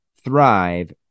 thrive